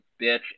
bitch